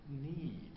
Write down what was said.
need